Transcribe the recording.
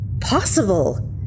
possible